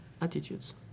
attitudes